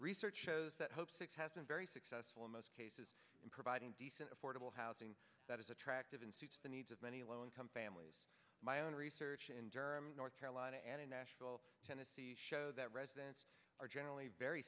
research shows that hope six has been very successful in most cases in providing decent affordable housing that is attractive and suits the needs of many low income families my own research in durham north carolina and in nashville tennessee show that residents are generally very